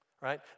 right